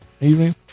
evening